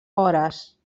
hores